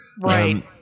Right